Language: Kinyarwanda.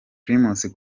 primus